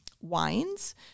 wines